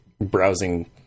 browsing